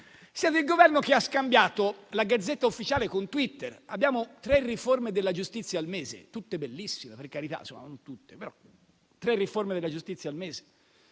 Siete il Governo che ha scambiato la «*Gazzetta Ufficiale*» con Twitter, abbiamo tre riforme della giustizia al mese. Tutte bellissime, per carità;